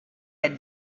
had